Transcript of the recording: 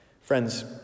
Friends